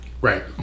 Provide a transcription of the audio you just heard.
right